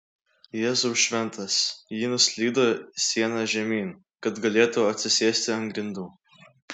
jėzau šventas ji nuslydo siena žemyn kad galėtų atsisėsti ant grindų